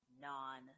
non